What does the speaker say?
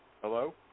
Hello